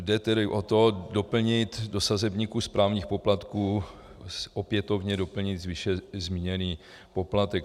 Jde tedy o to doplnit do sazebníku správních poplatků, opětovně doplnit, výše zmíněný poplatek.